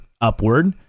upward